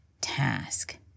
task